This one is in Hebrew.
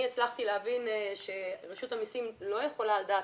אני הצלחתי להבין שרשות המסים לא יכולה על דעת